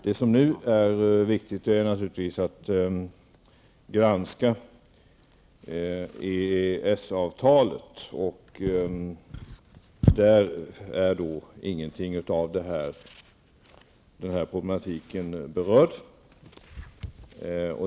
Det som nu är viktigt är att granska EES-avtalet. Där är inget av denna problematik berörd.